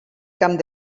camp